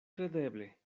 kredeble